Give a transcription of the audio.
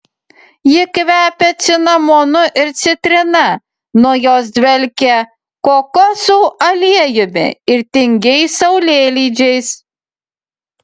ji kvepia cinamonu ir citrina nuo jos dvelkia kokosų aliejumi ir tingiais saulėlydžiais